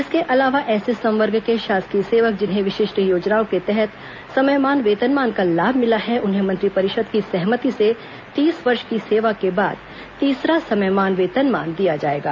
इसके अलावा ऐसे संवर्ग के शासकीय सेवक जिन्हें विशिष्ट योजनाओं के तहत समयमान वेतनमान का लाभ मिला है उन्हें मंत्रिपरिषद की सहमति से तीस वर्ष की सेवा के बाद तीसरा समयमान वेतनमान दिया जाएगा